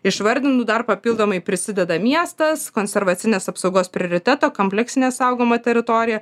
išvardintų dar papildomai prisideda miestas konservacinės apsaugos prioriteto kompleksinė saugoma teritorija